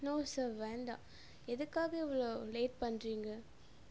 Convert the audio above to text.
no sir வேண்டாம் எதுக்காக இவ்வளோ லேட் பண்ணுறீங்க